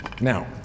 Now